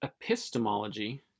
Epistemology